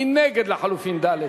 מי נגד לחלופין ד'?